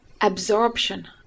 absorption